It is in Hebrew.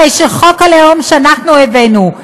הרי חוק הלאום שאנחנו הבאנו,